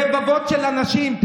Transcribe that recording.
רבבות של אנשים.